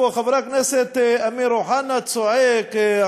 חבר הכנסת אמיר אוחנה צועק,